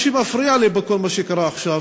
מה שמפריע לי בכל מה שקרה עכשיו,